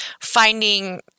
finding